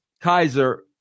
Kaiser